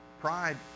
Pride